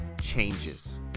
changes